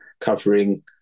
covering